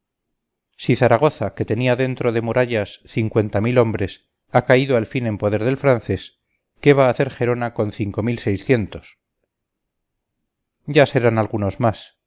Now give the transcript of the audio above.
si zaragoza que tenía dentro de murallas cincuenta mil hombres ha caído al fin en poder del francés qué va a hacer gerona con cinco mil seiscientos ya serán algunos más